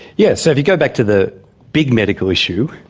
yes, so if you go back to the big medical issue,